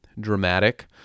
dramatic